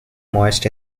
moist